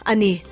Ani